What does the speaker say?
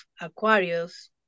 Aquarius